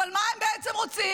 אבל מה הם בעצם רוצים?